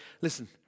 Listen